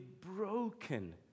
broken